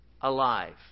alive